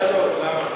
אל תעשה הכללות.